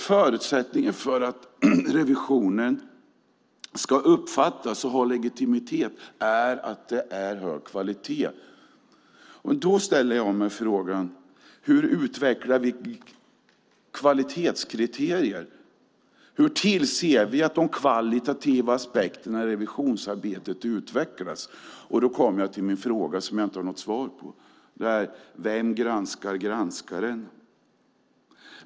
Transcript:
Förutsättningen för att revisionen ska uppfattas som legitim är att den har hög kvalitet. Hur utvecklar vi kvalitetskriterier? Hur tillser vi att de kvalitativa aspekterna i revisionsarbetet utvecklas? Då kommer jag till min fråga som jag inte har något svar på: Vem granskar granskaren?